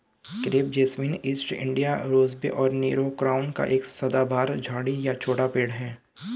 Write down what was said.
crepe jasmine, east India rosebay और Nero crown एक सदाबहार झाड़ी या छोटा पेड़ है